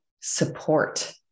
support